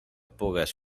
pugues